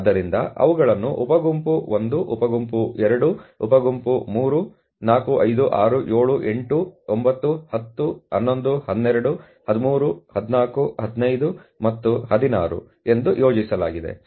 ಆದ್ದರಿಂದ ಅವುಗಳನ್ನು ಉಪ ಗುಂಪು 1 ಉಪ ಗುಂಪು 2 ಉಪ ಗುಂಪು 3 4 5 6 7 8 9 10 11 12 13 14 15 ಮತ್ತು 16 ಎಂದು ಯೋಜಿಸಲಾಗಿದೆ